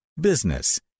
Business